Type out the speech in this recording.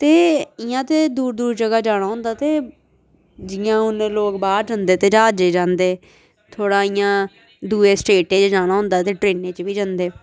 ते इ'यां ते दूर दूर जगह् जाना होंदा ते जियां हून लोक बाह्र जंदे ते ज्हाजै च जांदे थोह्ड़ा इ'यां दुए स्टेटें च जाना होंदा ते ट्रेनें च बी जंदे